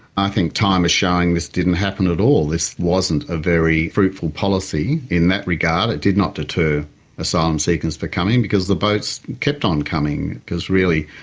i think time has shown this didn't happen at all. this wasn't a very fruitful policy in that regard. it did not deter asylum seekers from but coming because the boats kept on coming. because really,